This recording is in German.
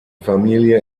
familie